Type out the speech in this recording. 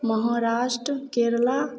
Maharashtra Kerala